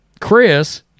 Chris